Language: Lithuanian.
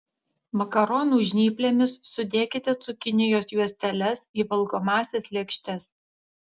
makaronų žnyplėmis sudėkite cukinijos juosteles į valgomąsias lėkštes